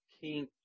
King